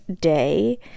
day